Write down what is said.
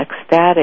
ecstatic